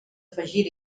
afegir